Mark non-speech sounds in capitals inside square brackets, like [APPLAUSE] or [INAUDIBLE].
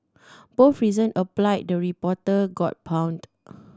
both reason apply the reporter got pawned [NOISE]